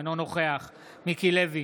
אינו נוכח מיקי לוי,